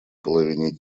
половине